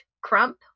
crump